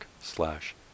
slash